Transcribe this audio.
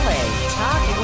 Talk